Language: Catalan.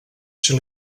ser